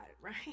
right